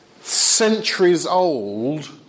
centuries-old